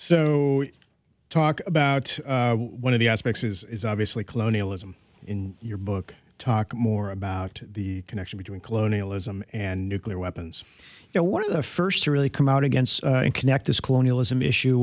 so talk about one of the aspects is obviously colonialism in your book talk more about the connection between colonialism and nuclear weapons now one of the first to really come out against and connect this colonialism issue